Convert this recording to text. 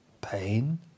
Pain